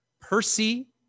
Percy